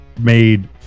made